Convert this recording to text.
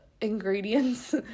ingredients